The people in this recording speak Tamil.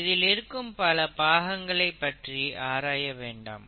இதில் இருக்கும் பல பாகங்களை பற்றி ஆராய வேண்டாம்